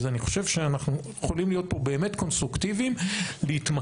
אז אני חושב שאנחנו יכולים להיות פה באמת קונסטרוקטיביים להתמקד.